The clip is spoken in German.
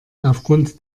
aufgrund